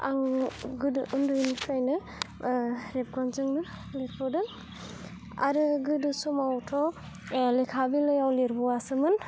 आं गोदो उन्दैनिफ्रायनो रेबगनजोंनो लिरबोदों आरो गोदो समावथ' लेखा बिलाइयाव लिरबावासोमोन